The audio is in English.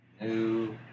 new